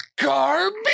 garbage